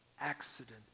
accident